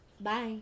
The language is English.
Bye